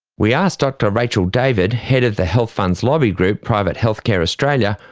we asked dr rachel david, head of the health funds' lobby group private healthcare australia,